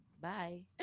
bye